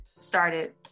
started